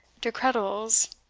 decretals,